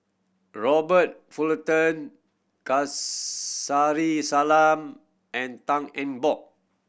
Robert Fullerton Kasari Salam and Tan Eng Bock